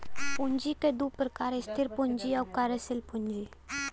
पूँजी क दू प्रकार स्थिर पूँजी आउर कार्यशील पूँजी